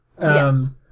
yes